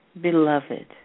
beloved